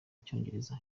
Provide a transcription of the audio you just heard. icyongereza